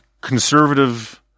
conservative